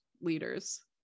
leaders